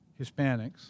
Hispanics